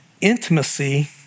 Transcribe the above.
intimacy